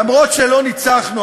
אף שלא ניצחנו,